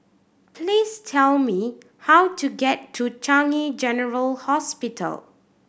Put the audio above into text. please tell me how to get to Changi General Hospital